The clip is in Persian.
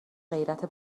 غیرت